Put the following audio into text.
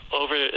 over